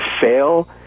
fail